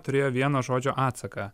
turėjo vieno žodžio atsaką